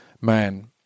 man